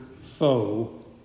foe